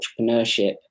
entrepreneurship